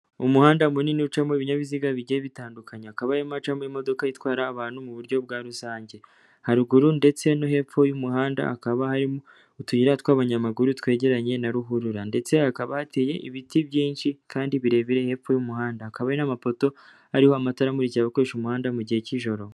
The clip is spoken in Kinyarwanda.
Umuhanda munini ucamo ibinyabiziga bigiye bitandukanye, hakaba harimo hacamo imodoka itwara abantu mu buryo bwa rusange, haruguru ndetse no hepfo y'umuhanda hakaba harimo utuyira tw'abanyamaguru twegeranye na ruhurura ndetse hakaba hateye ibiti byinshi kandi birebire hepfo y'umuhanda, hakaba n'amapoto ariho amatara amurikira abakoresha umuhanda mu gihe cy'ijoro.